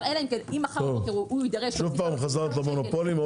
שוב חזרת למונופולים.